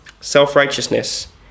self-righteousness